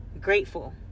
grateful